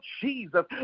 Jesus